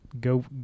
Go